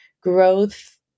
growth